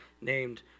named